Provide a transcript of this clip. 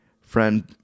friend